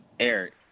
Eric